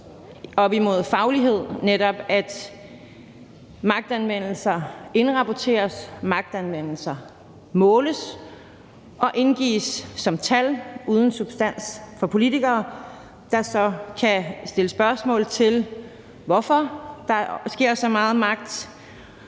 op imod faglighed, netop at magtanvendelser indrapporteres, magtanvendelser måles og indgives som tal uden substans for politikere, der så kan stille spørgsmål til, hvorfor der sker så meget